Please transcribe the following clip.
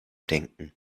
denken